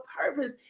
purpose